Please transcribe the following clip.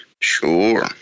Sure